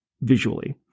visually